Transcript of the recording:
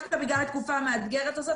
דווקא בגלל התקופה המאתגרת הזאת,